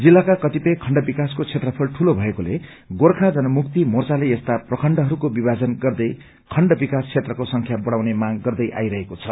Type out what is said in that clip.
जिल्लाका कतिपय खण्ड विकासको बेत्रफल ठूलो भएकोले गोर्खा जनमुक्ति मोर्चाले यस्ता प्रखण्डहरूको विभाजन गर्दै खण्ड विकास बेत्रको संख्या बढाउने माग गर्दै आइरहेको छ